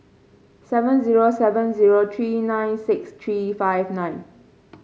seven zero seven zero three nine six three five nine